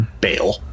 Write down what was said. bail